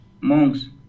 Monks